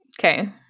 Okay